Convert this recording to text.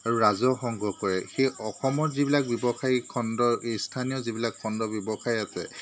আৰু ৰাজহ সংগ্ৰহ কৰে সেই অসমৰ যিবিলাক ব্যৱসায়ী খণ্ড স্থানীয় যিবিলাক খণ্ড ব্যৱসায় আছে